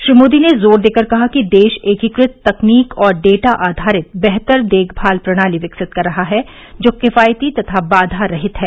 श्री मोदी ने जोर देकर कहा कि देश एकीक़त तकनीक और डेटा आधारित बेहतर देखभाल प्रणाली विकसित कर रहा है जो किफायती तथा बाधा रहित है